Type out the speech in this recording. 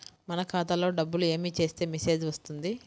మన ఖాతాలో డబ్బులు ఏమి చేస్తే మెసేజ్ వస్తుంది?